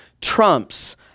trumps